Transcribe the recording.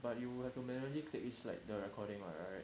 but you will have to manually click each slide the recording [what] right